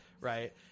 right